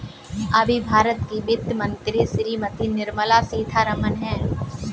अभी भारत की वित्त मंत्री श्रीमती निर्मला सीथारमन हैं